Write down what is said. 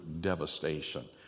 devastation